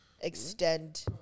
Extend